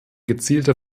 gezielte